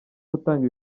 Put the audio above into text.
gutanga